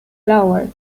flower